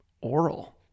oral